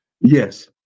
Yes